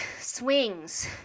swings